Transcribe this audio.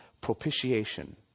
propitiation